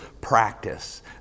practice